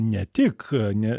ne tik ne